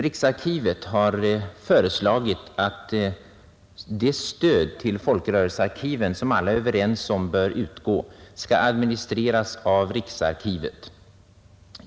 Riksarkivet har föreslagit att det stöd till folkrörelsearkiven som alla är överens om bör utgå skall administreras av riksarkivet.